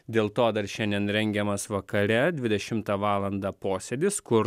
dėl to dar šiandien rengiamas vakare dvidešimtą valandą posėdis kur